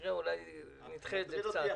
נראה, אולי נדחה את זה קצת.